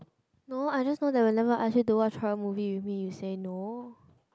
no I just know that whenever I ask you to watch horror movie with me you say no